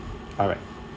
alright